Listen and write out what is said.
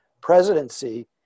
presidency